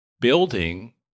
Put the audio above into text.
building